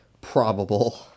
probable